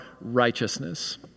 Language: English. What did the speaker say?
righteousness